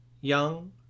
young